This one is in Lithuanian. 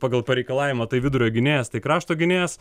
pagal pareikalavimą tai vidurio gynėjas tai krašto gynėjas